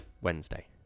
Wednesday